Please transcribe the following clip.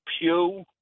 pew